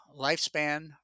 Lifespan